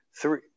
Three